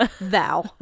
Thou